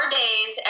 days